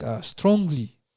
strongly